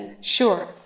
Sure